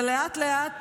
ולאט-לאט